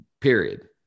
period